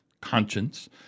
conscience